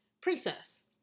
Princess